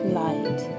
light